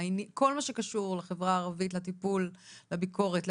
שכל מה שקשור לחברה הערבית, לטיפול, לביקורת,